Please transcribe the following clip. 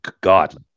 God